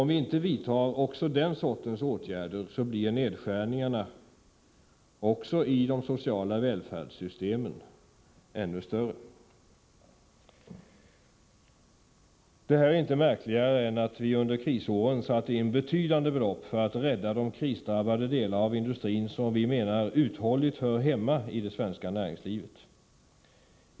Om vi inte vidtar också den sortens åtgärder, blir nedskärningarna inom de sociala välfärdssystemen ännu större. Det här är inte märkligare än att vi under krisåren satte in betydande belopp för att rädda de krisdrabbade delar av industrin som enligt vår mening hör fast hemma i det svenska näringslivet.